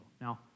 Now